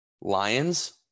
Lions